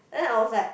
then I was like